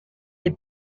est